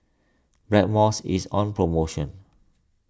Blackmores is on promotion